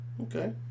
Okay